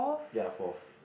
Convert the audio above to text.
ya fourth